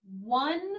one